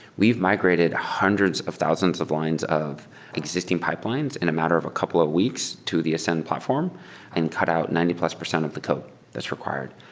we've migrated hundreds of thousands of lines of existing pipelines in a matter of a couple of weeks to the ascend platform and cut out ninety plus percent of the code that's required.